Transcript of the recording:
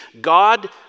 God